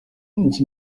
iki